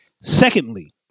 Secondly